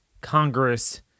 Congress